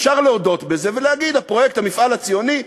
אפשר להודות בזה ולהגיד: הפרויקט, המפעל הציוני,